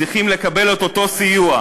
צריכים לקבל את אותו סיוע.